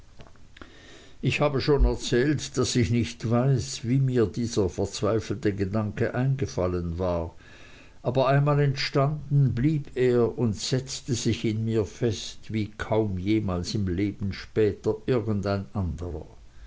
ich habe schon erzählt daß ich nicht weiß wie mir dieser verzweifelte gedanke eingefallen war aber einmal entstanden blieb er und setzte sich in mir fest wie kaum jemals im leben später irgendein anderer